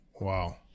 Wow